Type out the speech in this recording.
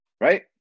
right